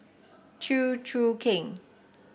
Chew Choo Keng